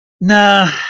Nah